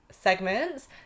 segments